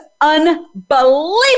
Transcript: unbelievable